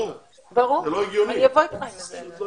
זה פשוט לא הגיוני.